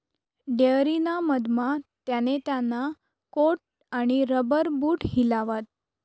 dairy ना मधमा त्याने त्याना कोट आणि रबर बूट हिलावात